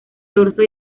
dorso